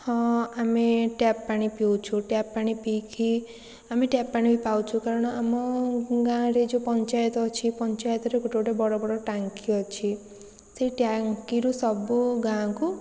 ହଁ ଆମେ ଟ୍ୟାପ୍ ପାଣି ପିଉଛୁ ଟ୍ୟାପ୍ ପାଣି ପିଇକି ଆମେ ଟ୍ୟାପ୍ ପାଣି ବି ପାଉଛୁ କାରଣ ଆମ ଗାଁରେ ଯେଉଁ ପଞ୍ଚାୟତ ଅଛି ପଞ୍ଚାୟତରେ ଗୋଟେ ଗୋଟେ ବଡ଼ ବଡ଼ ଟାଙ୍କି ଅଛି ସେହି ଟାଙ୍କିରୁ ସବୁ ଗାଁକୁ